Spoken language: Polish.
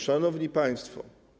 Szanowni Państwo!